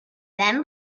then